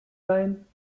leihen